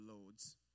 Lord's